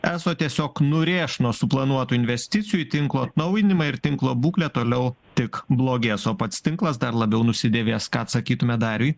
eso tiesiog nurėš nuo suplanuotų investicijų į tinklo atnaujinimą ir tinklo būklė toliau tik blogės o pats tinklas dar labiau nusidėvės ką atsakytumėt dariui